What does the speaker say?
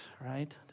right